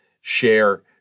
share